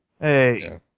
Hey